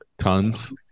tons